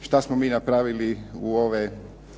šta smo mi napravili u ove